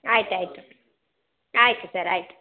ಆಯ್ತು ಆಯಿತು ಆಯಿತು ಸರ್ ಆಯ್ತು